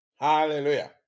Hallelujah